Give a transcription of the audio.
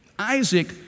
Isaac